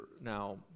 now